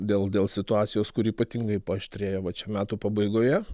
dėl dėl situacijos kuri ypatingai paaštrėjo vat čia metų pabaigoje